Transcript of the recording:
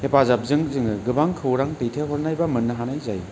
हेफाजाबजों जोङो गोबां खौरां दैथाय हरनाय बा मोननो हानाय जायो